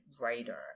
writer